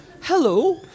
Hello